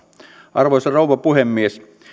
arvoisa rouva puhemies